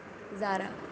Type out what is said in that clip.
زارا